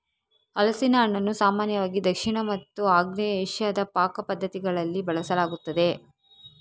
ಹಲಸಿನ ಹಣ್ಣನ್ನು ಸಾಮಾನ್ಯವಾಗಿ ದಕ್ಷಿಣ ಮತ್ತು ಆಗ್ನೇಯ ಏಷ್ಯಾದ ಪಾಕ ಪದ್ಧತಿಗಳಲ್ಲಿ ಬಳಸಲಾಗುತ್ತದೆ